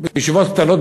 בישיבות קטנות,